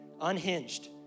unhinged